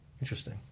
interesting